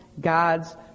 God's